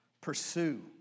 pursue